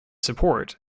support